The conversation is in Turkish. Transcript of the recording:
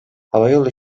havayolu